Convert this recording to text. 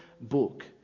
book